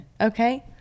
Okay